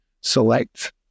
select